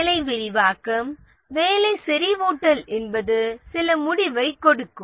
வேலை விரிவாக்கம் வேலை செறிவூட்டல் என்பது சில முடிவை கொடுக்கும்